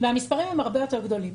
והמספרים הם הרבה יותר גדולים.